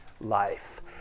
life